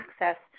access